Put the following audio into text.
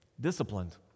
disciplined